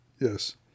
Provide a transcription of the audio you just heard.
Yes